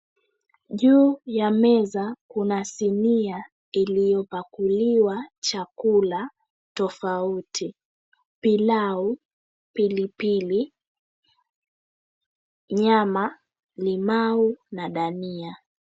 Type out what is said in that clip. Juu ya meza kuna sinia iliyopakuliwa chakula tofauti pilau, pilipili, nyama, limau na dania.